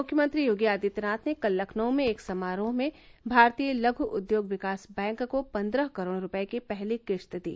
मुख्यमंत्री योगी आदित्यनाथ ने कल लखनऊ में एक समारोह में भारतीय लघु उद्योग विकास बैंक को पन्द्रह करोड़ रुपए की पहली किस्त दी